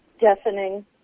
deafening